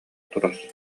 турар